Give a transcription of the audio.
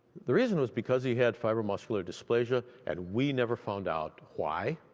the reason was because he had fibro muscular dysplasia and we never found out why,